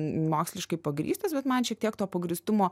moksliškai pagrįstos bet man šiek tiek to pagrįstumo